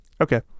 Okay